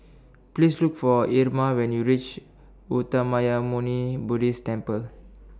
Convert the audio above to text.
Please Look For Irma when YOU REACH Uttamayanmuni Buddhist Temple